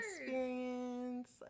experience